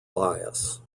bias